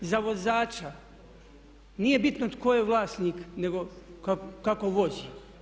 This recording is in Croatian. Za vozača nije bitno tko je vlasnik, nego kako vozi.